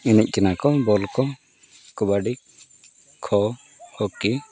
ᱮᱱᱮᱡ ᱠᱟᱱᱟ ᱠᱚ ᱵᱚᱞ ᱠᱚ ᱠᱚᱵᱟᱥᱤ ᱠᱷᱳ ᱦᱚᱸᱠᱤ